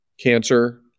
cancer